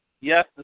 Yes